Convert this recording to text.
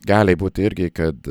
gali būti irgi kad